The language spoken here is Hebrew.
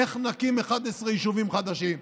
איך נקים 11 יישובים חדשים,